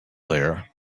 there